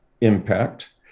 impact